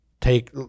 take